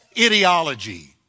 ideology